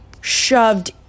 shoved